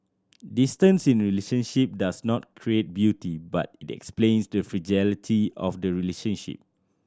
distance in a relationship does not create beauty but it explains the fragility of the relationship